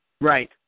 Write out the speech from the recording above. Right